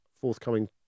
forthcoming